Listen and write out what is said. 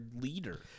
leader